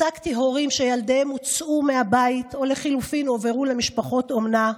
ייצגתי הורים שילדיהם הועברו מהבית או לחלופין הועברו למשפחות אומנה.